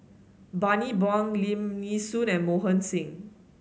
Bani Buang Lim Nee Soon and Mohan Singh